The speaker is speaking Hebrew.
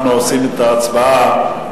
אנחנו עושים את ההצבעה,